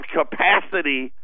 capacity